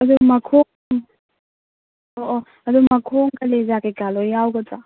ꯑꯗꯨ ꯃꯈꯣꯡ ꯑꯣ ꯑꯣ ꯑꯗꯨ ꯃꯈꯣꯡ ꯀꯂꯦꯖꯥ ꯀꯔꯤ ꯀꯔꯥ ꯂꯣꯏ ꯌꯥꯎꯒꯗ꯭ꯔꯣ